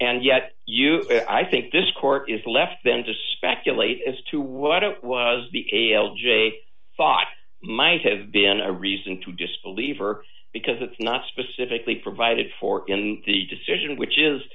and yet you i think this court is left then to speculate as to what it was the l j thought might have been a reason to disbelieve or because it's not specifically provided for in the decision which is